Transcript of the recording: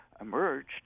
emerged